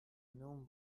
نون